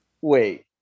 wait